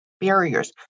barriers